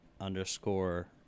underscore